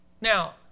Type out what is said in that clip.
Now